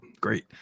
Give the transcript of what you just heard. great